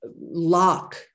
lock